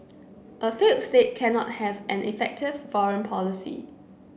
a failed state cannot have an effective foreign policy